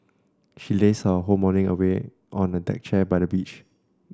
she lazed her whole morning away on a deck chair by the beach